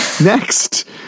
next